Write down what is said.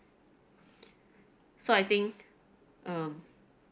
so I think um